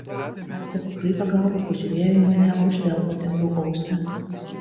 aistė pakraipė galvą pažiūrėjo į mane o aš vėl patempiau ausį